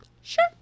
sure